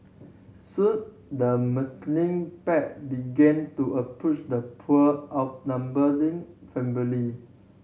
soon the pack began to approach the poor outnumber family